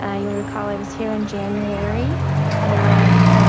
ah you'll recall. i was here in january and,